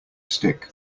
stick